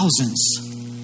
thousands